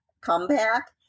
comeback